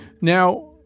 Now